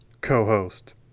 co-host